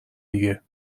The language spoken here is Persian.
دیگه